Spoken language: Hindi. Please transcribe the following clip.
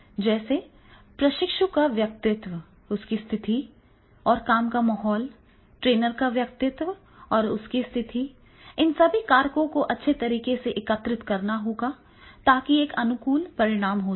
जैसे प्रशिक्षु का व्यक्तित्व उसकी स्थिति और काम का माहौल ट्रेनर का व्यक्तित्व और उसकी स्थिति इन सभी कारकों को अच्छी तरह से एकीकृत करना होगा ताकि एक अनुकूल परिणाम हो सके